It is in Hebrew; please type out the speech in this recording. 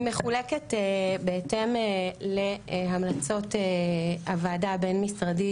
היא מחולקת בהתאם להמלצות הוועדה הבין-משרדית,